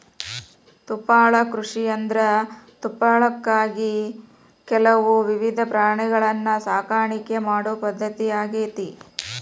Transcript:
ತುಪ್ಪಳ ಕೃಷಿಯಂದ್ರ ತುಪ್ಪಳಕ್ಕಾಗಿ ಕೆಲವು ವಿಧದ ಪ್ರಾಣಿಗಳನ್ನ ಸಾಕಾಣಿಕೆ ಮಾಡೋ ಪದ್ಧತಿ ಆಗೇತಿ